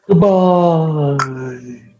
Goodbye